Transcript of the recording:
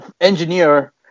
engineer